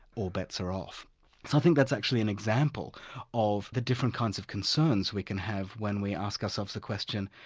all bets are off. so i think that's actually an example of the different kinds of concerns we can have when we ask ourselves the question,